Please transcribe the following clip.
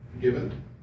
given